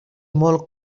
molt